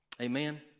Amen